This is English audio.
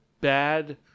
bad